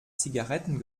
zigaretten